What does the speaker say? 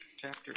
chapter